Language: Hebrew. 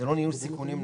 זה לא ניהול סיכונים נכון.